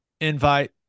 invite